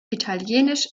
italienisch